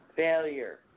Failure